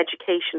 education